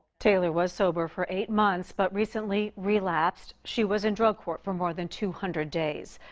taylor was sober for eight months, but recently relapsed. she was in drug court for more than two hundred days.